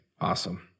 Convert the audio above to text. Awesome